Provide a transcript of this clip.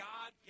God